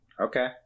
Okay